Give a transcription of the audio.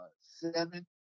seven